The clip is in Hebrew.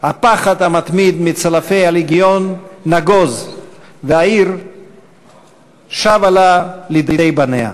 הפחד המתמיד מצלפי הלגיון נגוז והעיר שבה לה לידי בניה.